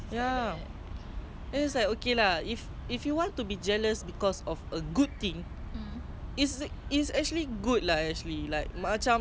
!alamak! aku dah baca quran dah berapa tahun tapi dia baru dua dua bulan dah habis dah khatam macam